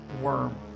worm